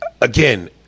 again